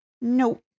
Nope